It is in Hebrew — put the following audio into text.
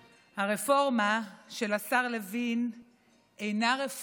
הרפורמה של השר לוין אינה רפורמה